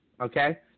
Okay